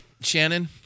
Shannon